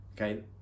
okay